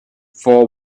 for